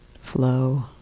flow